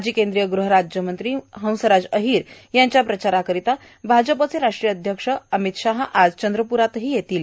माजी केंद्रीय गुहराज्यमंत्री मंत्री हंसराज अहिर यांच्या प्रचाराकरिता भाजपचे राष्ट्रीय अध्यक्ष अमित शाहा आज चंद्रपूर येथे येत आहे